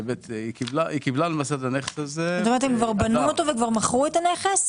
כבר מכרו את הנכס?